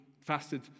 fasted